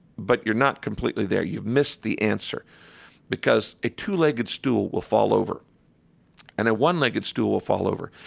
but you're not completely there. you've missed the answer because a two-legged stool will fall over and a one-legged stool will fall over.